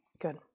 Good